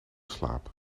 slaap